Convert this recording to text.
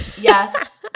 Yes